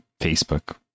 Facebook